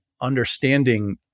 understanding